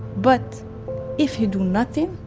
but if he do nothing,